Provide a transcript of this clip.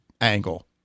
angle